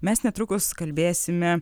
mes netrukus kalbėsime